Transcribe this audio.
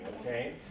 okay